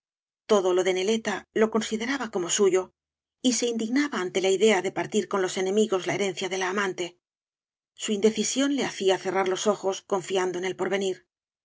todo lo de neleta lo consideraba como suyo y se indignaba ante la idea de partir con los enemigos la herencia de la amante su indecisión le hacía cerrar los ojos confiando en el porvenir